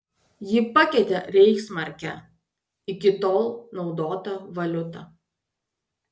ji pakeitė reichsmarkę iki tol naudotą valiutą